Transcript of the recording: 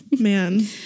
man